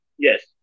Yes